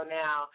now